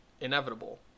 inevitable